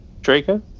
Draco